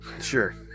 sure